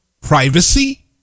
privacy